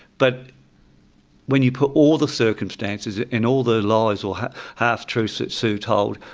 but when you put all the circumstances and all the lies or half-truths that sue told,